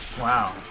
Wow